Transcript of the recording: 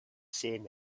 seen